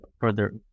further